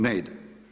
Ne ide.